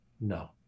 no